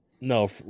no